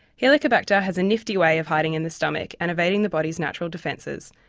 helicobacterhas a nifty way of hiding in the stomach and evading the body's natural defences,